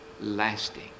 lasting